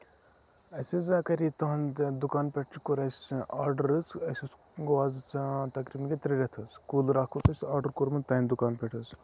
اَسہِ حظ ہا کَرے تُہُند دُکان پٮ۪ٹھ کوٚر اَسہِ آرڈر حظ اَسہِ حظ گوٚو آز تقریٖبن گٔے ترٛےٚ رٮ۪تھ حظ کوٗلر اکھ اوس اَسہِ آرڈر کوٚرمُت تُہُندِ دُکان پٮ۪ٹھ حظ